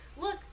look